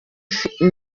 mfite